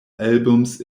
albums